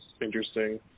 interesting